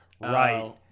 right